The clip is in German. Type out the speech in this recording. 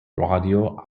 radio